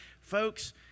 Folks